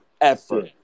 effort